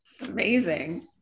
Amazing